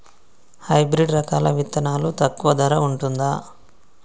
Hybrid రకాల విత్తనాలు తక్కువ ధర ఉంటుందా?